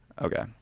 okay